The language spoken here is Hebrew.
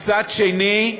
מצד שני,